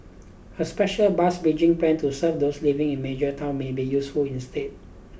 a special bus bridging plan to serve those living in major towns may be useful instead